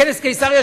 בכנס קיסריה,